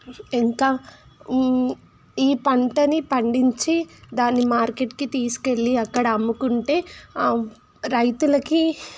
ఇంకా ఈ పంటని పండించి దాన్ని మార్కెట్కి తీసుకు వెళ్ళి అక్కడ అమ్ముకుంటే రైతులకి